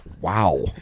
Wow